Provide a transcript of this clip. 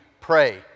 pray